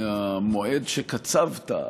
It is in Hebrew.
מהמועד שקצבת,